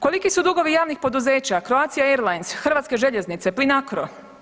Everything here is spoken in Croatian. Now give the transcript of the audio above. Koliki su dugovi javnih poduzeća Croatia Airlines, Hrvatske željeznice, Plinacro?